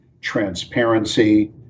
transparency